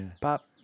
pop